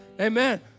amen